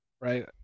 right